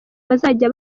bazajya